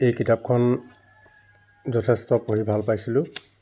এই কিতাপখন যথেষ্ট পঢ়ি ভাল পাইছিলোঁ